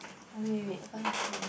wait wait wait the person want see you